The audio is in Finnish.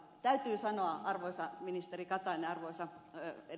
täytyy sanoa arvoisa ministeri katainen arvoisa ed